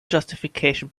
justification